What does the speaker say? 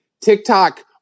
TikTok